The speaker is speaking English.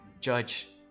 judge